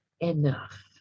enough